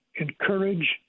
encourage